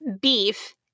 beef